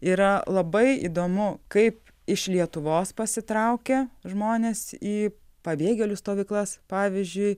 yra labai įdomu kaip iš lietuvos pasitraukė žmonės į pabėgėlių stovyklas pavyzdžiui